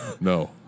No